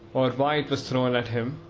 or why it was thrown at him.